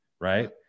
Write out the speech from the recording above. right